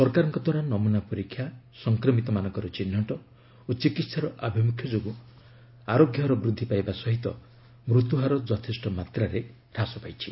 ସରକାରଙ୍କ ଦ୍ୱାରା ନମୂନା ପରୀକ୍ଷା ସଂକ୍ରମିତମାନଙ୍କ ଚିହ୍ନଟ ଓ ଚିକିତ୍ସାର ଆଭିମୁଖ୍ୟ ଯୋଗୁଁ ଆରୋଗ୍ୟହାର ବୃଦ୍ଧି ପାଇବା ସହ ମୃତ୍ୟୁହାର ଯଥେଷ୍ଟ ମାତ୍ରାରେ ହ୍ରାସ ପାଇଛି